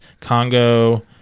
Congo